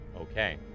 Okay